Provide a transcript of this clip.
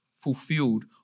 fulfilled